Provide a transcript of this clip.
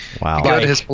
Wow